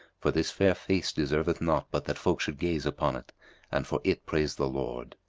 for this fair face deserveth not but that folk should gaze upon it and for it praise the lord.